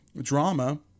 drama